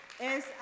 Es